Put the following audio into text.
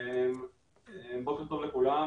ברשותכם,